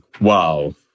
wow